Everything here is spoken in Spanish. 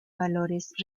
valores